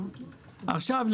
עכשיו,